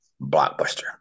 blockbuster